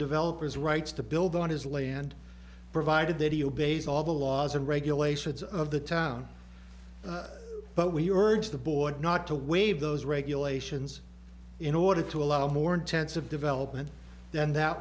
developers rights to build on his land provided that he obeys all the laws and regulations of the town but we heard the board not to waive those regulations in order to allow more intensive development than that